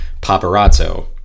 paparazzo